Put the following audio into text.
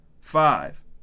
five